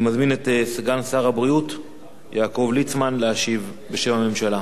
אני מזמין את סגן שר הבריאות יעקב ליצמן להשיב בשם הממשלה.